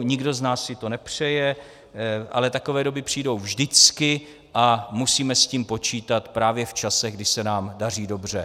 Nikdo z nás si to nepřeje, ale takové doby přijdou vždycky a musíme s tím počítat právě v časech, kdy se nám daří dobře.